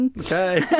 Okay